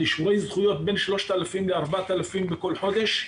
אישורי זכויות בין 3,000-4,000 בכל חודש,